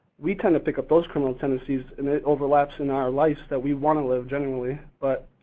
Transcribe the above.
we tend to pick up those criminal tendencies and it overlaps in our lives that we wanna live genuinely, but